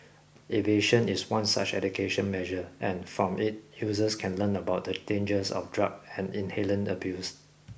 aversion is one such education measure and from it users can learn about the dangers of drug and inhalant abuse